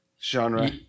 genre